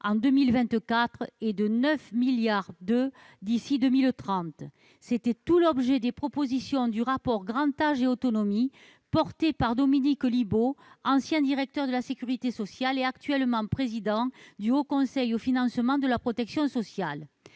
à 2024 et de 9,2 milliards d'euros d'ici à 2030. C'était tout l'objet des propositions du rapport, de Dominique Libault, ancien directeur de la sécurité sociale et actuel président du Haut Conseil du financement de la protection sociale.